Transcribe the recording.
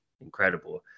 incredible